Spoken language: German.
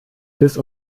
bis